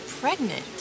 pregnant